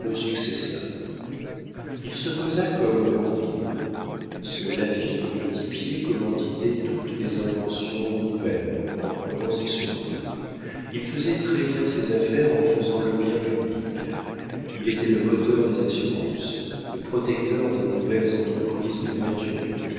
successeurs il se posa comme banquier ce laffitte au petit pied commanditait toutes les inventions nouvelles en prenant ses sûretés il faisait très bien ses affaires en faisant le bien public il était le moteur des assurances le protecteur des nouvelles entreprises de voitures